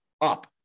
up